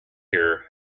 here